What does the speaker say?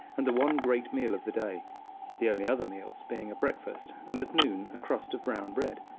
and the one great meal of the day the only other meals being a breakfast, and at noon a crust of brown bread,